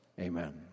amen